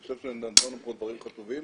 אני חושב שנתנו פה דברים חשובים